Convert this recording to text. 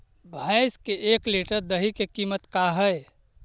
भैंस के एक लीटर दही के कीमत का है?